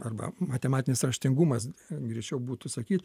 arba matematinis raštingumas greičiau būtų sakyt